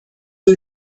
you